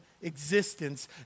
existence